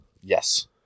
Yes